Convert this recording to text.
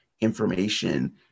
information